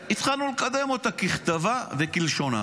והתחלנו לקדם אותה ככתבה וכלשונה.